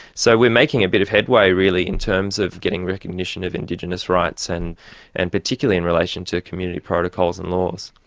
so we're making a bit of headway really in terms of getting recognition of indigenous rights and and particularly in relation to community protocols and laws.